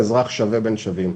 אזרח שווה בין שווים,